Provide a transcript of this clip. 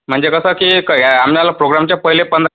म्हणजे कसं की कय आम्हाला प्रोग्रामच्या पहिले पंधरा